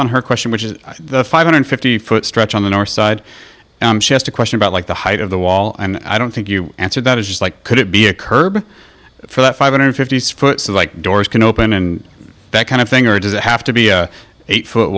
on her question which is the five hundred fifty foot stretch on the north side she has to question about like the height of the wall and i don't think you answered that it's just like could it be a curb for that five hundred fifty foot so like doors can open and that kind of thing or does it have to be a eight foot